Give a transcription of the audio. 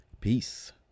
Peace